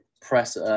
press